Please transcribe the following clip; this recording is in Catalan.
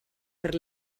per